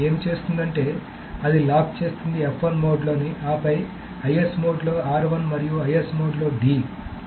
అది ఏమి చేస్తుందంటే అది లాక్ చేస్తుంది మోడ్లోని ఆపై IS మోడ్లో మరియు IS మోడ్లో d